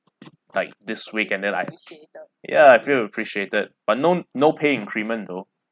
like this week and then I ya I feel appreciated but no no pay increment though